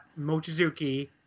Mochizuki